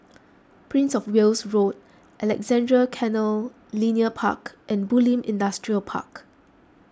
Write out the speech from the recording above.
Prince of Wales Road Alexandra Canal Linear Park and Bulim Industrial Park